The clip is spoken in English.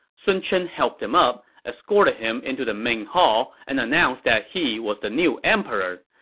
sun chen helped him up, escorted him into the main hall, and announced that he was the new emperor.